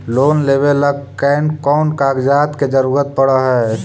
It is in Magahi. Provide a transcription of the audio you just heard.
लोन लेबे ल कैन कौन कागज के जरुरत पड़ है?